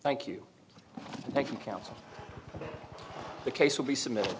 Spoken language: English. thank you thank you counsel the case will be submit